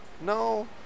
no